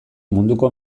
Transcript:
munduko